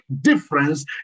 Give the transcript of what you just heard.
difference